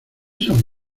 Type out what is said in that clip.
son